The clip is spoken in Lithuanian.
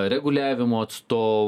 reguliavimo atsto